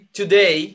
today